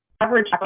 Average